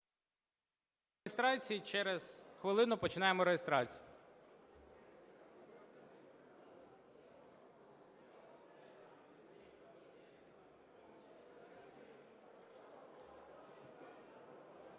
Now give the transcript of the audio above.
реєстрації. Через хвилину починаємо реєстрацію.